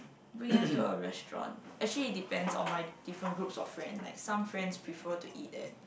bring them to a restaurant actually it depends on my different groups of friend like some friends prefer to eat that